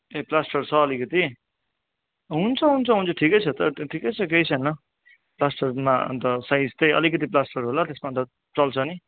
ए plaster छ अलिकति हुन्छ हुन्छ हुन्छ ठिकै छ त ठिकै छ केही छैन प्लासटरमा अन्त साइज चाहिँ अलिकति प्लासटर होला त्यसमा त चल्छ नि